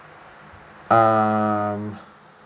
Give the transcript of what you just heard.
um